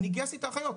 אני גייסתי את האחיות,